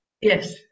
Yes